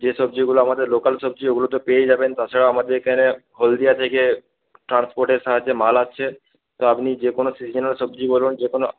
যে সবজিগুলো আমাদের লোকাল সবজি ওগুলো তো পেয়ে যাবেন তাছাড়া আমাদের এখানে হলদিয়া থেকে ট্রান্সপোর্টের সাহায্যে মাল আসছে তা আপনি যে কোনো সিজনাল সবজি বলুন যে কোনো